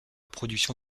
production